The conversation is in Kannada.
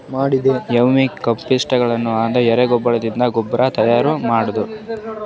ವರ್ಮಿ ಕಂಪೋಸ್ಟಿಂಗ್ ಅಂದ್ರ ಎರಿಹುಳಗಳಿಂದ ಗೊಬ್ರಾ ತೈಯಾರ್ ಮಾಡದು